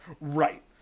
Right